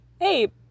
hey